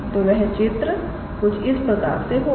तो वह चित्र कुछ इस प्रकार से होगा